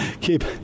Keep